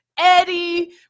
Eddie